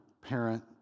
parent